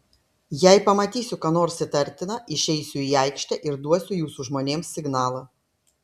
jei pamatysiu ką nors įtartina išeisiu į aikštę ir duosiu jūsų žmonėms signalą